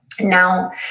Now